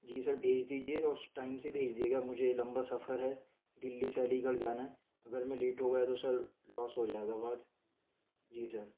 جی sir بھیج دیجئے اور اس ٹائم سے بھیج دیجئے گا مجھے لمبا سفر ہے دلی سے علی گڑھ جانا ہے اگر میں لیٹ ہو گیا تو سر لوس ہو جائے گا بہت جی سر